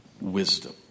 wisdom